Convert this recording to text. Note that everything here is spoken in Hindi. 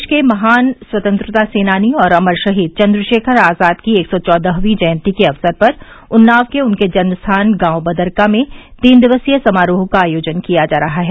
देश के महान स्वतंत्रता सेनानी और अमर श्रहीद चंद्रशेखर आजाद की एक सौ चौदहवीं जयंती के अवसर पर उन्नाव के उनके जन्म स्थान गांव बदरका में तीन दिवसीय समारोह का आयोजन किया जा रहा है